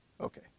Okay